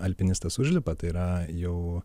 alpinistas užlipa tai yra jau